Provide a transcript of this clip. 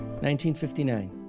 1959